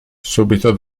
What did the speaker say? subito